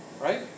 right